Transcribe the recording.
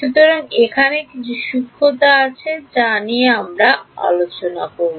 সুতরাং এখানে কিছু সূক্ষ্মতা আছে যা আমরা আলোচনা করব